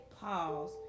pause